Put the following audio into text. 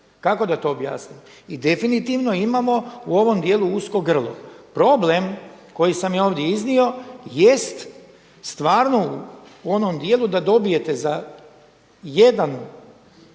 Kako da to objasnim? I definitivno imamo u ovom dijelu usko grlo. Problem koji sam ja ovdje iznio jest stvarno u onom dijelu da dobijete za jedan